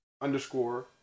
underscore